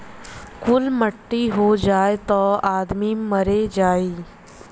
कुल मट्टी हो जाई त आदमी मरिए जाई